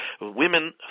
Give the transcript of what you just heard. Women